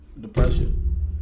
depression